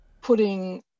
putting